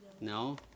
No